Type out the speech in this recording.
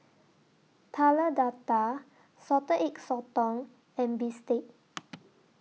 Telur Dadah Salted Egg Sotong and Bistake